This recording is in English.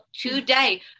today